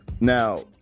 Now